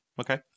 Okay